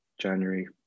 January